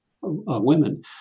women